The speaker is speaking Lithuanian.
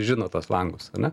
žino tuos langus ane